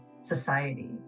society